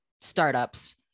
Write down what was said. startups